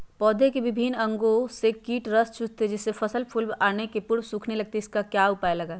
पौधे के विभिन्न अंगों से कीट रस चूसते हैं जिससे फसल फूल आने के पूर्व सूखने लगती है इसका क्या उपाय लगाएं?